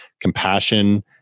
compassion